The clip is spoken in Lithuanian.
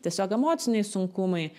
tiesiog emociniai sunkumai